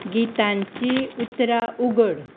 गीतांची उतरां उघड